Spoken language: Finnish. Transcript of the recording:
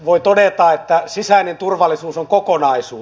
voi todeta että sisäinen turvallisuus on kokonaisuus